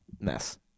mess